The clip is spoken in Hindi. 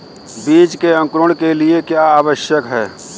बीज के अंकुरण के लिए क्या आवश्यक है?